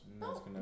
No